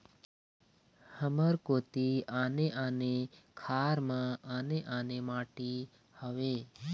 हमर कोती आने आने खार म आने आने माटी हावे?